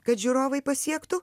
kad žiūrovai pasiektų